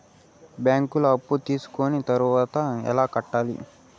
బ్యాంకులో అప్పు తీసుకొని తర్వాత ఎట్లా కట్టాలి?